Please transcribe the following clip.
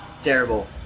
terrible